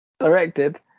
Directed